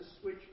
switch